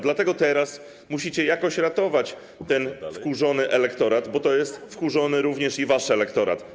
Dlatego teraz musicie jakoś ratować ten wkurzony elektorat, bo to jest wkurzony również i wasz elektorat.